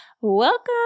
welcome